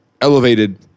elevated